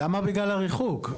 למה בגלל הריחוק?